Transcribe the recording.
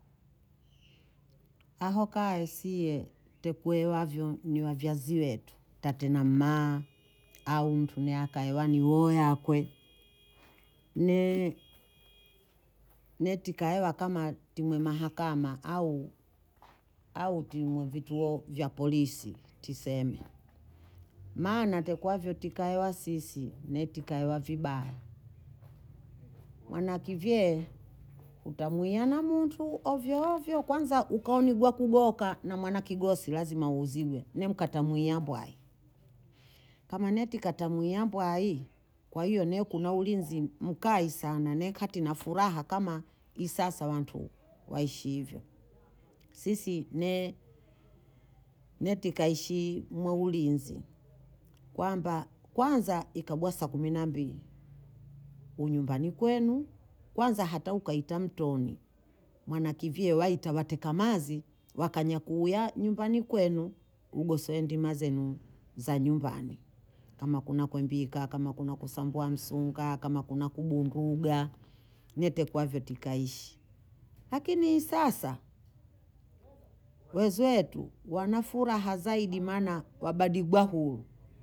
Ao kae sie ntekueavyo na wazazi wetu tate na mma au mtu akaeniaokwe ne- netika oya ka timu ya mahakama au ti vituo vya polisi tuseme, mana tekavyo tikaewa sisi netika vibaya mwana kivyee utamwia na mtu ovyoovyo kwanza utanimwa kuvyoka na mwanakigosi lazima uuzigwe nemkata niyambwai, kama netikatiniyamwbwai kwa hiyo kuna ulinzi nkai sana netika na furaha nki sasa wantu waishivyo, sisi ne- netika niishi muulinzi, kwanza ikagwa saa kumi na mbili u nyumbani kwenu kwanza hata ukaita mtoni mwana kivyei waita wateka mazi wakanya uya nyumbani kwenu ugosoe ndima zenu za nyumbani kama kuna kwimbika kama kuna kusambua msunga kama kuna kubunduga netekavyo tukaishi, lakini sasa wezetu wana furaha zaidi maana wabadigwahuu